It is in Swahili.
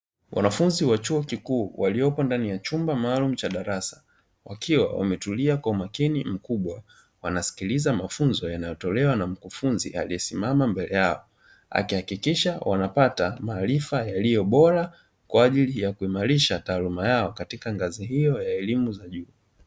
Wanafunzi wa chuo kikuu waliopo ndani ya chumba maalumu cha darasa, wakiwa wametulia kwa umakini mkubwa; wanasikiliza mafunzo yanayotolewa na mkufunzi aliyesimama mbele yao, akihakikisha wanapata maarifa yaliyo bora kwa ajili ya kuimarisha taaluma yao katika ngazi hiyo ya elimu za juu.